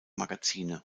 magazine